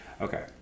Okay